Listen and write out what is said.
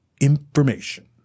information